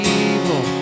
evil